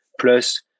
plus